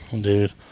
Dude